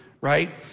right